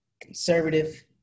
conservative